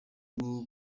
bwo